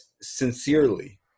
sincerely